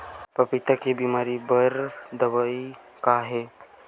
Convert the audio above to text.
पपीता के बीमारी बर दवाई का हे?